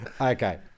Okay